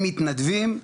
הם מתנדבים.